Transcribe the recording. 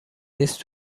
نیست